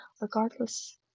regardless